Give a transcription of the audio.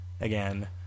again